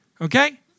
okay